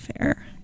fair